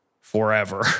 forever